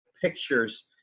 pictures